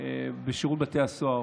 שיקום בשירות בבתי הסוהר.